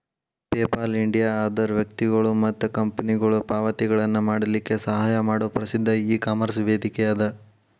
PayPal India ಅದರ್ ವ್ಯಕ್ತಿಗೊಳು ಮತ್ತ ಕಂಪನಿಗೊಳು ಪಾವತಿಗಳನ್ನ ಮಾಡಲಿಕ್ಕೆ ಸಹಾಯ ಮಾಡೊ ಪ್ರಸಿದ್ಧ ಇಕಾಮರ್ಸ್ ವೇದಿಕೆಅದ